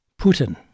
Putin